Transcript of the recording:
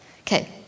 Okay